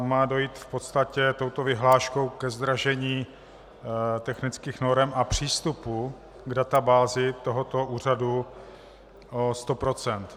Má dojít v podstatě touto vyhláškou ke zdražení technických norem a přístupů k databázi tohoto úřadu o 100 %.